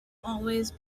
always